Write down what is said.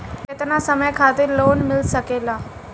केतना समय खातिर लोन मिल सकेला?